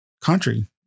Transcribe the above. country